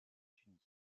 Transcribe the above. tunis